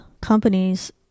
companies